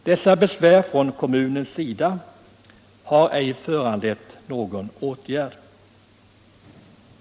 Dessa besvär från kommunen har ej föranlett någon åtgärd.